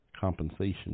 compensation